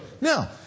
Now